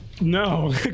no